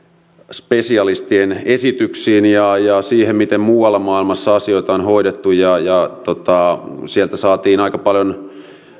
spesialistien esityksiin ja siihen miten muualla maailmassa asioita on hoidettu ja sieltä saimme aika paljon